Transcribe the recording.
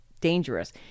dangerous